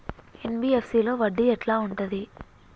NBFC లో వడ్డీ ఎట్లా ఉంటది?